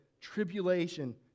tribulation